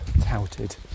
touted